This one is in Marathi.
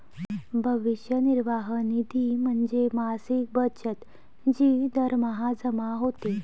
भविष्य निर्वाह निधी म्हणजे मासिक बचत जी दरमहा जमा होते